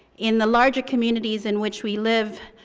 in the larger communities in which we live,